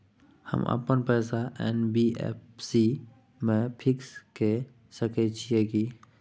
हम अपन पैसा एन.बी.एफ.सी म फिक्स के सके छियै की?